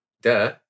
Duh